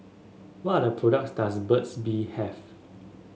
what products does Burt's Bee have